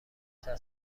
بطور